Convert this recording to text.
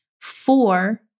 four